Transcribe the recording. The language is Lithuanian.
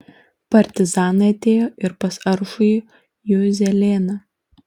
partizanai atėjo ir pas aršųjį juzelėną